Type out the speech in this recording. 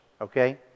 Okay